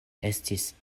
estis